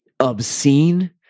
obscene